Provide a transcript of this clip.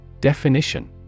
DEFINITION